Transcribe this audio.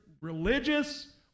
religious